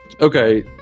Okay